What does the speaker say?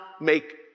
make